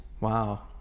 Wow